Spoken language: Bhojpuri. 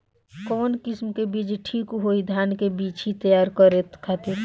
कवन किस्म के बीज ठीक होई धान के बिछी तैयार करे खातिर?